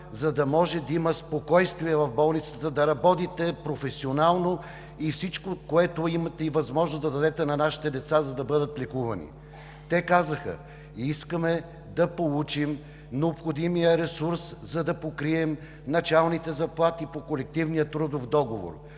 за да може да има спокойствие в болницата, да работите професионално и всичко, което имате и е възможно да дадете на нашите деца, за да бъдат лекувани? Те казаха: искаме да получим необходимия ресурс, за да покрием началните заплати по Колективния трудов договор.